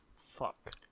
Fuck